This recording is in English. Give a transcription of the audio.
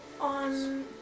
on